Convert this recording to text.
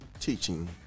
teaching